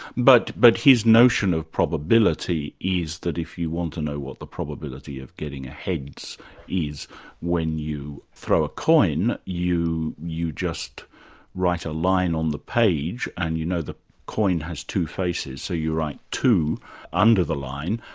but but his notion of probability is that if you want to know what the probability of getting a heads is when you throw a coin, you you just write a line on the page and you know the coin has two faces, so you write two under the line,